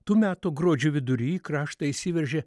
tų metų gruodžio vidury į kraštą įsiveržė